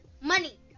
money